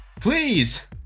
please